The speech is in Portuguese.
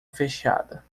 fechada